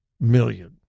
million